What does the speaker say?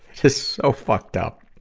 is so fucked up.